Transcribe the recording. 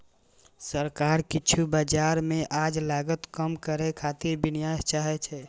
सरकार किछु बाजार मे आब लागत कम करै खातिर विनियम चाहै छै